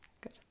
good